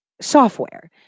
software